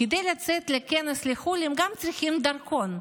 כדי לצאת לכנס בחו"ל הם גם צריכים דרכון.